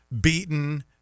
beaten